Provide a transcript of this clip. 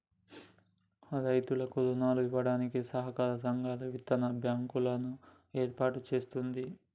రైతులకు రుణాలు ఇవ్వడానికి సహకార సంఘాలు, విత్తన బ్యాంకు లను ఏర్పాటు చేస్తుంది